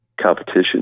competition